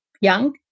young